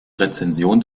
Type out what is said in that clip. rezension